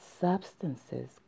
substances